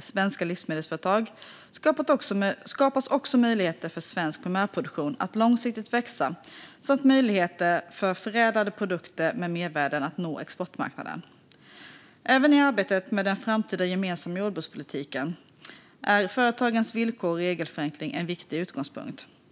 svenska livsmedelsföretag skapar vi också möjligheter för svensk primärproduktion att långsiktigt växa samt möjligheter för förädlade produkter med mervärden att nå exportmarknaden. Även i arbetet med den framtida gemensamma jordbrukspolitiken är företagens villkor och regelförenkling en viktig utgångspunkt.